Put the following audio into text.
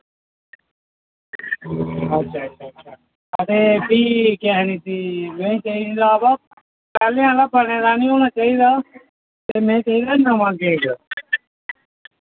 अच्छा अच्छा अच्छा हां ते फ्ही केह् आखदे इस्सी में चाहिदा बा पैह्लेंं आह्ला बने दा नि होना चाहिदा ते में चाहिदा नमां केक